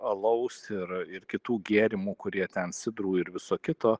alaus ir ir kitų gėrimų kurie ten sidrų ir viso kito